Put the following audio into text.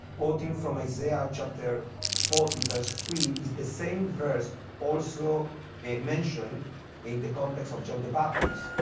quoting from isaiah chapter forty, verse three, is the same verse also mentioned in the context of john the baptist.